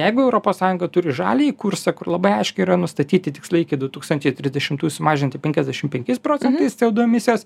jeigu europos sąjunga turi žaliąjį kursą kur labai aiškiai yra nustatyti tikslai iki du tūkstančiai trisdešimtųjų sumažinti penkiasdešim penkiais procentais co du emisijas